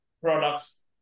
products